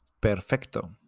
perfecto